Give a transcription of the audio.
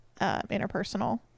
interpersonal